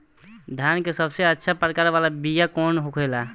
धान के सबसे अच्छा प्रकार वाला बीया कौन होखेला?